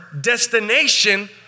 destination